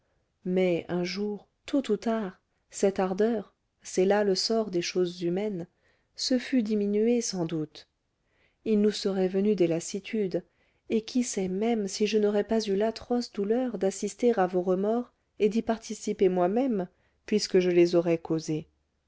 mais un jour tôt ou tard cette ardeur c'est là le sort des choses humaines se fût diminuée sans doute il nous serait venu des lassitudes et qui sait même si je n'aurais pas eu l'atroce douleur d'assister à vos remords et d'y participer moi-même puisque je les aurais causés